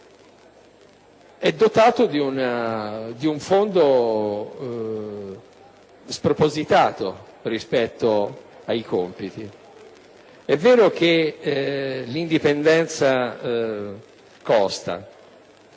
è dotato di un fondo spropositato rispetto ai compiti. È vero che l'indipendenza costa,